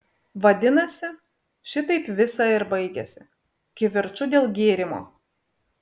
vadinasi šitaip visa ir baigiasi kivirču dėl gėrimo